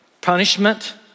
punishment